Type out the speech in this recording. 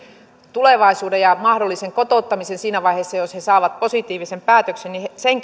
tulevaisuuden ja mahdollisen kotouttamisenkaan siinä vaiheessa jos he saavat positiivisen päätöksen